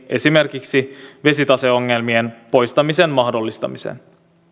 esimerkiksi vesitaseongelmien poistamisen mahdollistamiseen